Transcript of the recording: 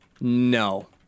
No